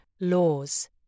laws